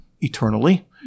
eternally